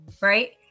right